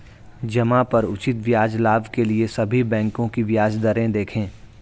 जमा पर उचित ब्याज लाभ के लिए सभी बैंकों की ब्याज दरें देखें